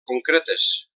concretes